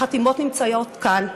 החתימות נמצאות כאן.